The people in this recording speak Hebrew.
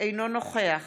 אינו נוכח